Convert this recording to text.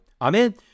Amen